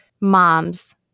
moms